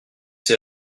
ces